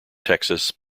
texas